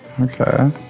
okay